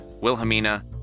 Wilhelmina